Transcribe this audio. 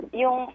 yung